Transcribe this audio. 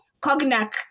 cognac